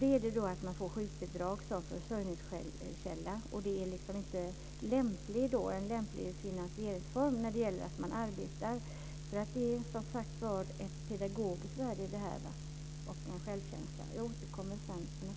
Då gäller det att man får sjukbidrag som försörjningskälla. Det är inte en lämplig finansieringsform när man arbetar. Det finns ett pedagogiskt värde i detta också. Det handlar om självkänsla.